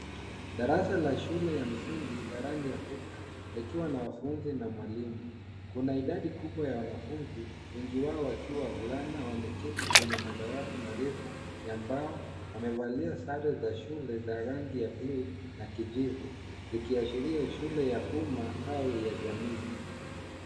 Darasa la shule ya msingi barani Afrika likiwa na wanafunzi na mwalimu. Kuna idadi kubwa ya wanafunzi wengi wao wakiwa wavulana wameketi kwenye madawati marefu ya mbao. Wamevalia sare za shule ya rangi ya bluu na kijivu zikiashiria shule ya umma au ya jamii.